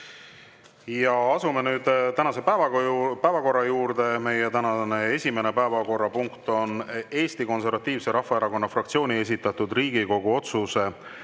Asume nüüd tänase päevakorra juurde. Meie tänane esimene päevakorrapunkt on Eesti Konservatiivse Rahvaerakonna fraktsiooni esitatud Riigikogu otsuse